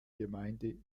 gemeinde